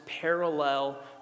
parallel